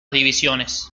divisiones